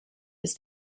his